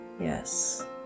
Yes